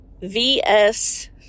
VS